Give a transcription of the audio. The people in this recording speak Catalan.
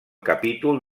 capítol